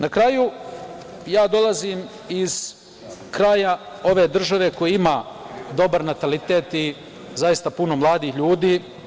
Na kraju, dolazim iz kraja ove države koji ima dobar natalitet i zaista puno mladih ljudi.